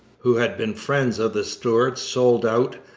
who had been friends of the stuarts, sold out,